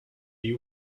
you